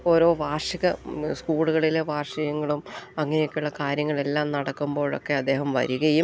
ഓരോ സ്കൂളുകളിലെ വാർഷികങ്ങളും അങ്ങനെയൊക്കെയുള്ള കാര്യങ്ങളെല്ലാം നടക്കുമ്പോഴൊക്കെ അദ്ദേഹം വരികയും